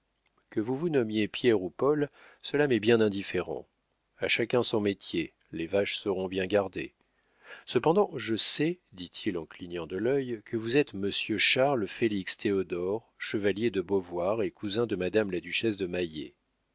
que vous vous nommiez pierre ou paul cela m'est bien indifférent a chacun son métier les vaches seront bien gardées cependant je sais dit-il en clignant de l'œil que vous êtes monsieur charles félix théodore chevalier de beauvoir et cousin de madame la duchesse de